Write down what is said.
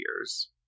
years